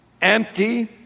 empty